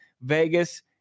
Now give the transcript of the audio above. Vegas